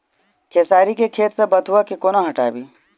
खेसारी केँ खेत सऽ बथुआ केँ कोना हटाबी